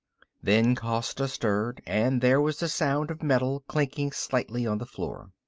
then costa stirred and there was the sound of metal clinking slightly on the floor.